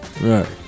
Right